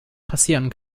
passieren